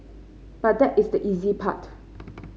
but that is the easy part